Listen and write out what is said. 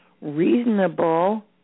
reasonable